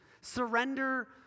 Surrender